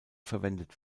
verwendet